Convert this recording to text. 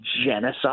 genocide